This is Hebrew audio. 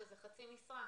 שזה חצי משרה,